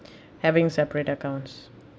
having separate accounts